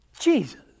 Jesus